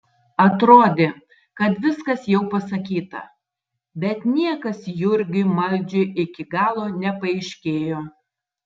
atrodė kad viskas jau pasakyta bet niekas jurgiui maldžiui iki galo nepaaiškėjo